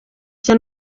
cye